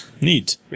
Neat